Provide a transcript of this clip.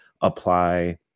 apply